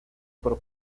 por